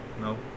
No